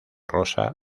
rosa